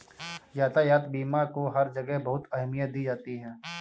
यातायात बीमा को हर जगह बहुत अहमियत दी जाती है